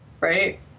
right